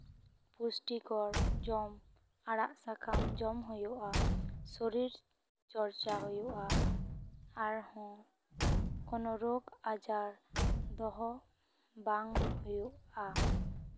ᱯᱩᱥᱴᱤᱠᱚᱨ ᱡᱚᱢ ᱟᱲᱟᱜ ᱥᱟᱠᱟᱢ ᱡᱚᱢ ᱦᱩᱭᱩᱜᱼᱟ ᱥᱚᱨᱤᱨ ᱪᱚᱨᱪᱟ ᱦᱩᱭᱩᱜᱼᱟ ᱟᱨᱦᱚᱸ ᱠᱳᱱᱳ ᱨᱳᱜᱽ ᱟᱡᱟᱨ ᱫᱚᱦᱚ ᱵᱟᱝ ᱦᱩᱭᱩᱜᱼᱟ